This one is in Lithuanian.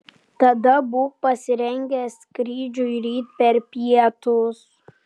tada būk pasirengęs skrydžiui ryt per pietus